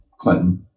Clinton